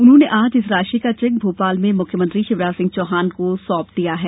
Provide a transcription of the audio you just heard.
उन्होंने आज इस राशि का चेक भोपाल में मुख्यमंत्री शिवराज सिंह चौहान को सौंप दिया है